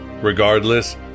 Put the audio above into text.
Regardless